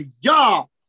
y'all